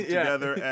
Together